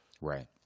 right